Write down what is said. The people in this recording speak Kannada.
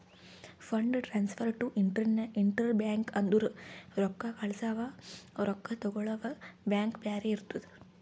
fund transfer to inter bank ಅಂದುರ್ ರೊಕ್ಕಾ ಕಳ್ಸವಾ ರೊಕ್ಕಾ ತಗೊಳವ್ ಬ್ಯಾಂಕ್ ಬ್ಯಾರೆ ಇರ್ತುದ್